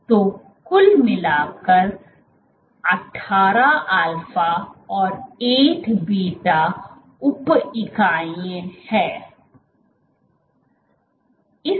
तो कुल मिलाकर 18 अल्फा और 8 बीटा उप इकाइयां हैं